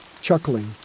chuckling